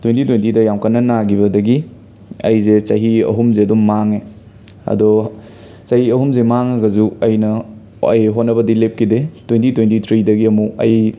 twenty ꯇ꯭ꯋꯦꯟꯇꯤꯗ ꯌꯥꯝ ꯀꯟꯅ ꯅꯥꯈꯤꯕꯗꯒꯤ ꯑꯩꯁꯦ ꯆꯍꯤ ꯑꯍꯨꯝꯁꯦ ꯑꯗꯨꯝ ꯃꯥꯡꯉꯦ ꯑꯗꯣ ꯆꯍꯤ ꯑꯍꯨꯝꯁꯦ ꯃꯥꯡꯉꯒꯁꯨ ꯑꯩꯅ ꯑꯩ ꯍꯣꯠꯅꯕꯗꯤ ꯂꯦꯞꯈꯤꯗꯦ ꯇ꯭ꯋꯦꯟꯇꯤ ꯇ꯭ꯋꯦꯟꯇꯤ ꯊ꯭ꯔꯤꯗꯒꯤ ꯑꯃꯨꯛ ꯑꯩ